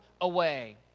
away